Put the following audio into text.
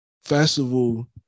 Festival